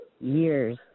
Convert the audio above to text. years